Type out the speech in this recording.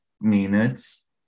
minutes